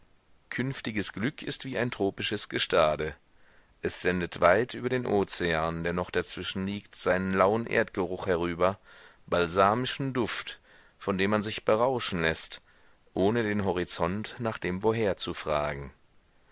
künftiges glück ist wie ein tropisches gestade es sendet weit über den ozean der noch dazwischen liegt seinen lauen erdgeruch herüber balsamischen duft von dem man sich berauschen läßt ohne den horizont nach dem woher zu fragen